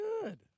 good